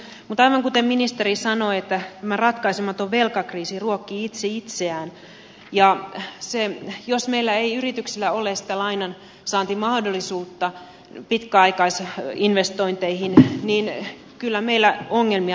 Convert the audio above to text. mutta aivan kuten ministeri sanoi tämä ratkaisematon velkakriisi ruokkii itse itseään ja jos meillä ei yrityksillä ole sitä lainansaantimahdollisuutta pitkäaikaisinvestointeihin niin kyllä meillä ongelmia tulee